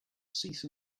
cease